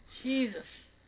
Jesus